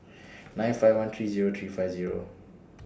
nine five one three Zero three five Zero